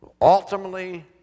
ultimately